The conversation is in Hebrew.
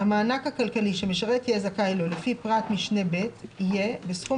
המענק הכלכלי שמשרת יהיה זכאי לו לפי פרט משנה (ב) יהיה בסכום